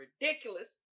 ridiculous